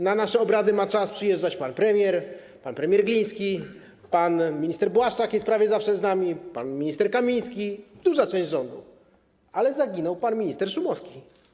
Na nasze obrady ma czas przyjeżdżać pan premier, pan premier Gliński, pan minister Błaszczak jest prawie zawsze z nami, jest pan minister Kamiński, jest duża część rządu, ale zaginął pan minister Szumowski.